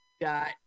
dot